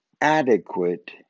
adequate